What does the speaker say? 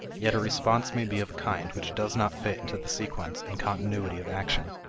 yet a response may be of a kind which does not fit into the sequence and continuity of action.